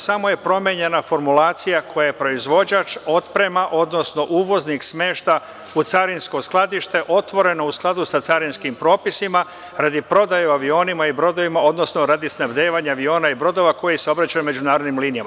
Samo je promenjena formulacija – koje proizvođač otprema, odnosno uvoznik smešta u carinsko skladište, otvoreno u skladu sa carinskim propisima, radi prodaje u avionima i brodovima, odnosno radi snabdevanja aviona i brodova koji saobraćaju međunarodnim linijama.